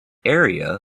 area